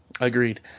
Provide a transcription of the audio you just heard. agreed